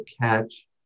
catch